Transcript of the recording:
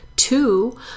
Two